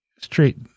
straight